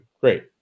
great